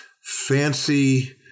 fancy